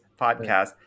podcast